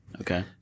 Okay